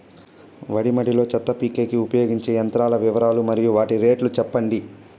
వరి మడి లో చెత్త పీకేకి ఉపయోగించే యంత్రాల వివరాలు మరియు వాటి రేట్లు చెప్పండి?